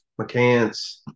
McCants